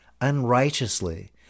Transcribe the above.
unrighteously